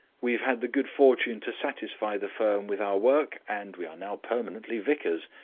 we have had the good fortune to satisfy the firm with our work and we are now permanently vicars.